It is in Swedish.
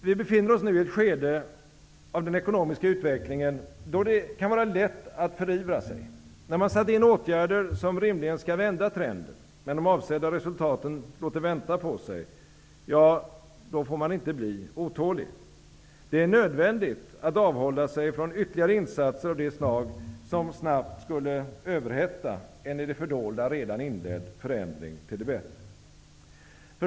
Vi befinner oss nu i ett skede av den ekonomiska utvecklingen, då det kan vara lätt att förivra sig. När man satt in åtgärder som rimligen skall vända trenden men de avsedda resultaten låter vänta på sig, får man inte bli otålig. Det är nödvändigt att avhålla sig från ytterligare insatser av det slag som snabbt skulle överhetta en i det fördolda redan inledd förändring till det bättre.